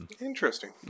Interesting